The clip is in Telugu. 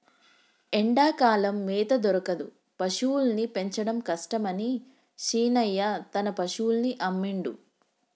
ఎండాకాలం మేత దొరకదు పశువుల్ని పెంచడం కష్టమని శీనయ్య తన పశువుల్ని అమ్మిండు